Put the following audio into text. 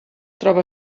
troba